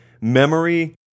memory